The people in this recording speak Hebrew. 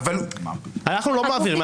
אנחנו לא מעבירים,